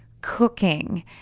cooking